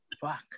Fuck